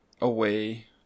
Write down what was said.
away